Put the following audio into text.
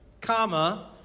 Comma